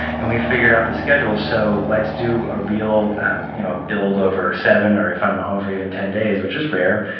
and we've figured out this schedule. so let's do a real you know build over seven, or if i'm home for even ten days, which is rare,